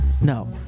No